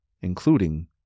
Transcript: including